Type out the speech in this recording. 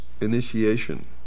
initiation